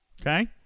Okay